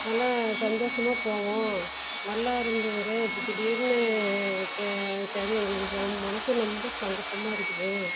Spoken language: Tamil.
நல்லா சந்தோஷமா போவோம் நல்லா இருந்தவர் இப்போ திடீர்னு ஆகிட்டாரு எங்களுக்கு மனசு ரொம்ப சங்கடமா இருக்குது